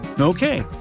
Okay